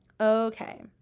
Okay